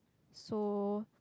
so